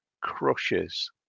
crushes